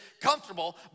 comfortable